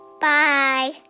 Bye